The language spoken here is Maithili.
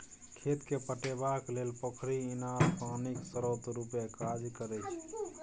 खेत केँ पटेबाक लेल पोखरि, इनार पानिक स्रोत रुपे काज करै छै